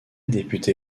député